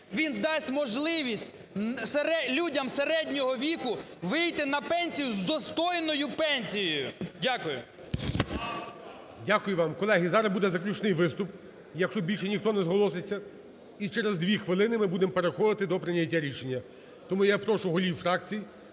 Він дасть можливість людям середнього віку вийти на пенсію з достойною пенсією. Дякую. ГОЛОВУЮЧИЙ. Дякую вам. Колеги, зараз буде заключний виступ, якщо більше ніхто не зголоситься. І через дві хвилини ми будемо переходити до прийняття рішення. Тому я прошу голів фракцій